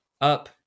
up